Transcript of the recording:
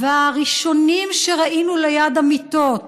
והראשונים שראינו ליד המיטות